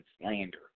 slander